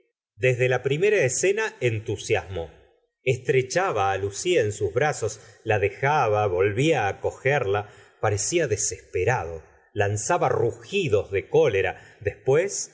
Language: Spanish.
desde la primera escena entusiasmó estrechaba á lucia en sus brazos la dejaba volvía á cogerla parecía desesperado lanzaba rugidos de cólera después